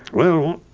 well,